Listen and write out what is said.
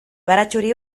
baratxuri